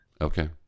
Okay